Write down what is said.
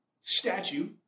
statue